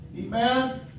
Amen